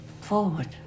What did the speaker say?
forward